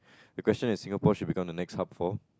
the question is Singapore should become the next hub for